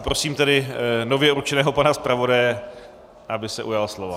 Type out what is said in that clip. Prosím tedy nově určeného pana zpravodaje, aby se ujal slova.